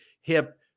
hip